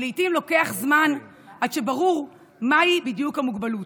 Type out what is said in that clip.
ולעיתים לוקח זמן עד שברור מהי בדיוק המוגבלות,